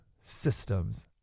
systems